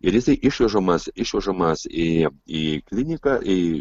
ir jisai išvežamas išvežamas į į kliniką į